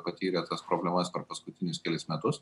patyrė tas problemas per paskutinius kelis metus